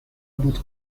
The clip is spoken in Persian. بود